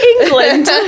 England